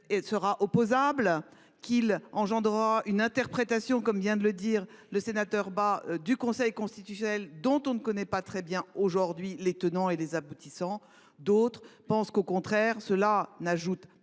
sera opposable, qu’il donnera lieu à une interprétation, comme vient de le dire le sénateur Bas, du Conseil constitutionnel, dont on ne connaît pas très bien aujourd’hui les tenants et les aboutissants. D’autres pensent au contraire que